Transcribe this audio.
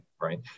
right